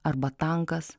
arba tankas